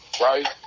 Right